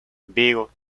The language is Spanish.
vigo